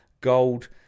gold